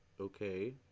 okay